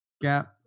gap